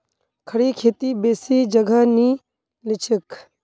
खड़ी खेती बेसी जगह नी लिछेक